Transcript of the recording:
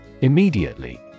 Immediately